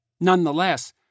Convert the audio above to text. Nonetheless